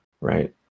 right